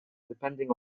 depending